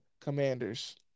Commanders